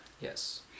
Yes